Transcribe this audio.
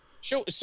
Show